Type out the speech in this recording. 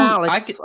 Alex